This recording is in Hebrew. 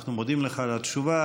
אנחנו מודים לך על התשובה.